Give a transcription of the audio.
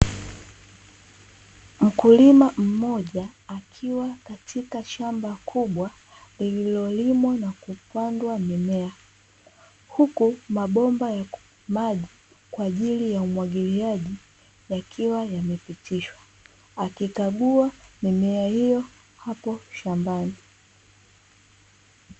Mkulima mmoja akiwa katika shamba kubwa lililolimwa na kupandwa mimea, huku mabomba ya maji kwa ajili ya umwagiliaji yakiwa yamepitishwa; akikagua mimea hiyo hapo shambani.